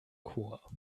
chor